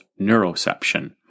neuroception